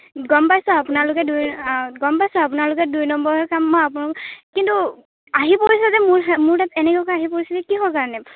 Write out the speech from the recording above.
গম পাইছোঁ আপোনালোকে দুই গম পাইছোঁ আপোনালোকে দুই নম্বৰৰ কাম আপোনালোকে কিন্তু আহি পৰিছে যে মোৰ মোৰ তাত এনেকুৱাকৈ আহি পৰিছে যে কিহৰ কাৰণে